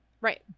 Right